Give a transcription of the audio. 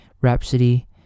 Rhapsody